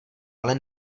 ale